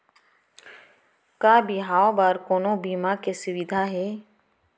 का बिहाव बर कोनो बीमा के सुविधा हे?